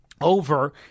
over